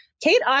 Kate